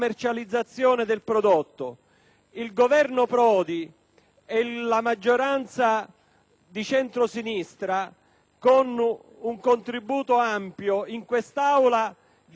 Il Governo Prodi e la maggioranza di centrosinistra, con un contributo ampio in quest'Aula, diedero una risposta seria,